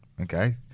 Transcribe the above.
okay